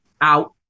out